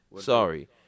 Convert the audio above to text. Sorry